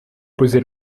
poser